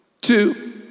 two